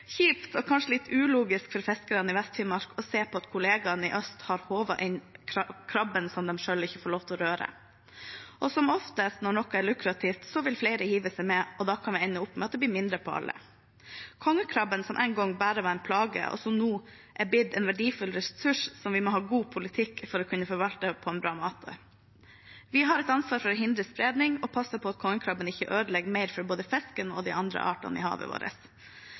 og kanskje litt ulogisk for fiskerne i Vest-Finnmark å se på at kollegene i øst har håvet inn krabben som de selv ikke får lov til å røre. Som oftest når noe er lukrativt, vil flere hive seg med, og da kan vi ende opp med at det blir mindre på alle. Kongekrabben, som en gang bare var en plage, er nå blitt en verdifull ressurs som vi må ha en god politikk for å kunne forvalte på en bra måte. Vi har et ansvar for å hindre spredning og passe på at kongekrabben ikke ødelegger mer for både fisken og de andre artene i havet vårt.